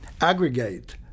aggregate